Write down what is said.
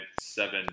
seven